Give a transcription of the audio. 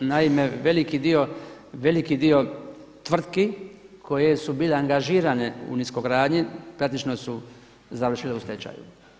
Naime, veliki dio tvrtki koje su bile angažirane u niskogradnji praktično su završile u stečaju.